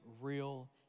real